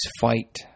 fight